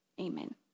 Amen